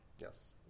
yes